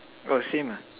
orh same ah